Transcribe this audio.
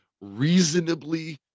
reasonably